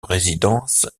résidence